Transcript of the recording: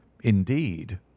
indeed